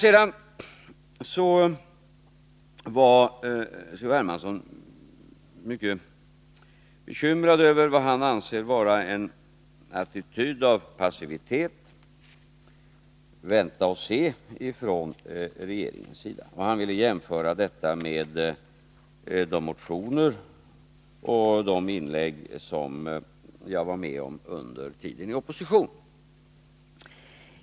Carl-Henrik Hermansson var bekymrad över vad han anser vara en attityd av passivitet — att vänta och se — ifrån regeringens sida. Och han ville jämföra det med de motioner och inlägg som jag var med om under tiden i opposition.